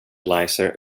laser